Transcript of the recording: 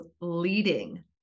leading